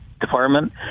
Department